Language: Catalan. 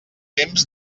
temps